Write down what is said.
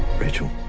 rachel,